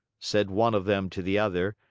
said one of them to the other,